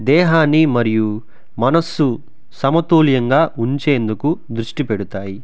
దేహాన్ని మరియు మనస్సు సమతుల్యంగా ఉంచేందుకు దృష్టి పెడతాయి